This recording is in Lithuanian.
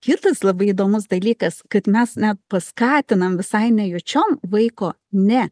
kitas labai įdomus dalykas kad mes net paskatinam visai nejučiom vaiko ne